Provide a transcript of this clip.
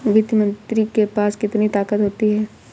वित्त मंत्री के पास कितनी ताकत होती है?